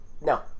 No